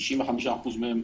ל-95% מהם,